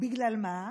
בגלל מה?